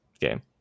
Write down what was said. game